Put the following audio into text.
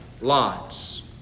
lots